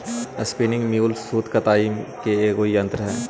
spinning mule सूत कताई के एगो यन्त्र हई